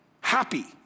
happy